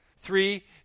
Three